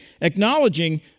acknowledging